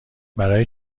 برای